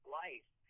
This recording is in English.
life